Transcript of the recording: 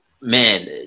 man